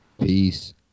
Peace